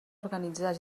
organitzar